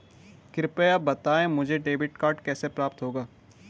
कृपया बताएँ मुझे डेबिट कार्ड कैसे प्राप्त होगा?